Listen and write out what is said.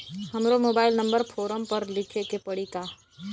हमरो mobile number form पर लिखे के पड़ी का?